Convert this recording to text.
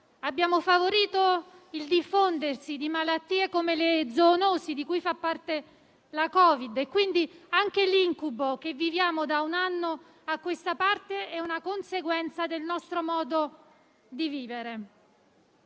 abbiamo favorito il diffondersi di malattie come le zoonosi, di cui fa parte la Covid, e quindi anche l'incubo che viviamo da un anno a questa parte è una conseguenza del nostro modo di vivere.